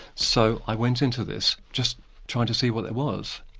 so i went into this, just trying to see what it was.